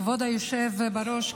כבוד היושב בראש,